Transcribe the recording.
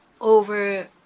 over